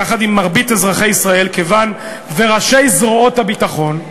יחד עם מרבית אזרחי ישראל וראשי זרועות הביטחון,